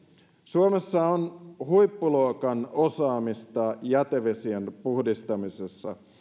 suomessa on huippuluokan osaamista jätevesien puhdistamisessa